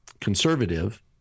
conservative